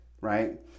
right